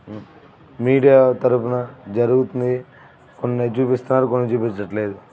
media తరపున జరుగుతుంది కొన్ని చూపిస్తున్నారు కొన్ని చూపించడంలేదు